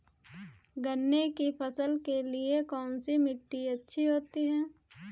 गन्ने की फसल के लिए कौनसी मिट्टी अच्छी होती है?